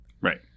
Right